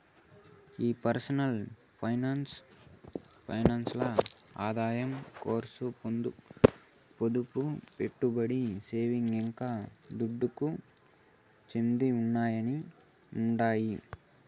ఈ personal finance ల్ల ఆదాయం కర్సు, పొదుపు, పెట్టుబడి, సేవింగ్స్, ఇంకా దుడ్డుకు చెందినయ్యన్నీ ఉండాయి